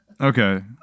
Okay